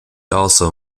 also